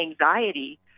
anxiety